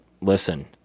listen